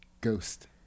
ghost